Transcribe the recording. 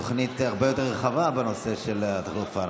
תוכנית הרבה יותר רחבה בנושא של החלופה.